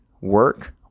work